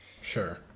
Sure